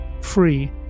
free